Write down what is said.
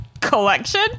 collection